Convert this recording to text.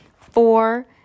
Four